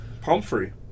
Pumphrey